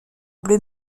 bleu